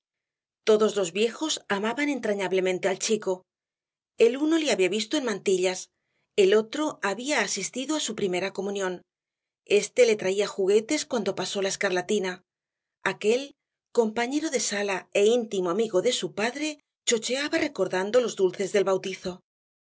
todos los viejos amaban entrañablemente al chico el uno le había visto en mantillas el otro había asistido á su primera comunión éste le traía juguetes cuando pasó la escarlatina aquél compañero de sala é íntimo amigo de su padre chocheaba recordando los dulces del bautizo